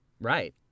Right